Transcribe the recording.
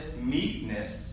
meekness